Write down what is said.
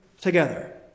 together